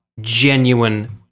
genuine